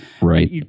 Right